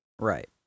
Right